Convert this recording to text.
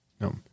No